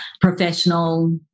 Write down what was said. professional